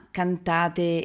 cantate